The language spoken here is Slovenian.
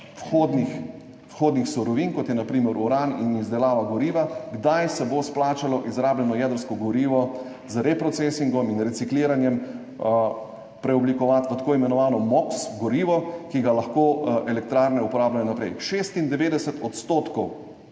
vhodnih surovin, kot je na primer uran in izdelava goriva, kdaj se bo izplačalo izrabljeno jedrsko gorivo z reprocesingom in recikliranjem preoblikovati v tako imenovano gorivo MOX, ki ga lahko elektrarne uporabljajo naprej. 96 %